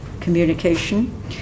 communication